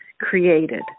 created